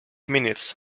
minutes